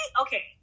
okay